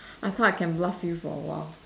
I thought I can bluff you for a while